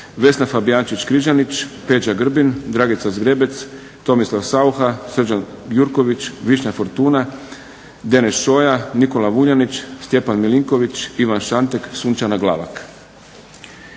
Vesna Fabijančić Križanić, Peđa Grbin, Dragica Zgrebec, Tomislav Saucha, Srđan Jurković, Višnja Fortuna, Deneš Šoja, Nikola Buljanić, Stjepan Milinković, Ivan Šantek i Sunčana Glavak.